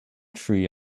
tree